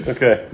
Okay